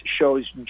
shows